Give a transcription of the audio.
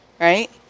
right